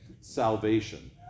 salvation